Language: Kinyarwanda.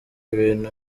ibintu